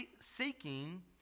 seeking